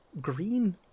green